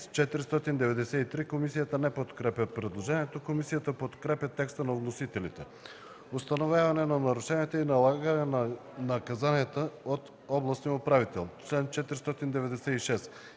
„493”.” Комисията не подкрепя предложението. Комисията подкрепя текста на вносителите за чл. 495. „Установяване на нарушенията и налагане на наказанията от областния управител”.